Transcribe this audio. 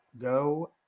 go